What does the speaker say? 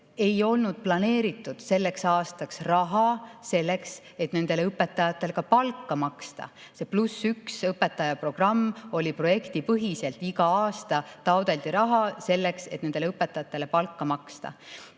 Ei olnud planeeritud selleks aastaks raha selleks, et nendele õpetajatele palka maksta. See "+1 õpetaja" programm oli projektipõhine, iga aasta taotleti raha selleks, et nendele õpetajatele palka maksta.